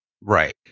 right